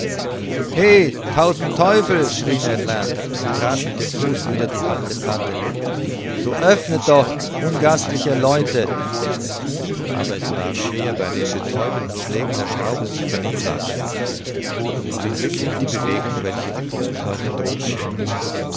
tausend teufel schrie ned land und trat mit dem fuß wider die hallende platte so öffnet doch ungastliche leute aber es war schwer bei den betäubenden schlägen der schraube sich vernehmbar zu machen zum glück hielt die bewegung welche unterzutauchen drohte inne